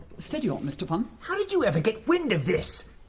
steady on, mr funn. how did you ever get wind of this?